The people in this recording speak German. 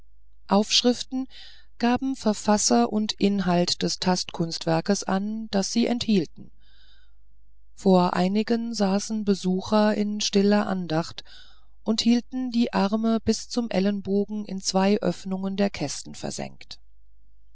aufschriften gaben verfasser und inhalt des tastkunstwerkes an das sie enthielten vor einigen saßen besucher in stiller andacht und hielten die arme bis zum ellenbogen in zwei öffnungen der kästen versenkt